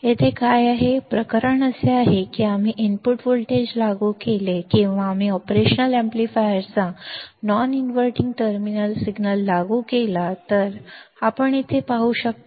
येथे काय आहे प्रकरण असे आहे की आम्ही इनपुट व्होल्टेज लागू केले आहे किंवा आम्ही ऑपरेशनल एम्पलीफायरच्या नॉन इनव्हर्टिंग टर्मिनलवर सिग्नल लागू केले आहे जसे आपण येथे पाहू शकता